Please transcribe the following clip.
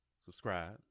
Subscribe